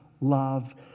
love